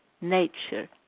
nature